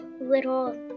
little